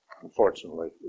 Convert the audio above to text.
Unfortunately